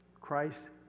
Christ